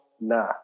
Nah